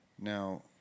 Now